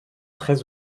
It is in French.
très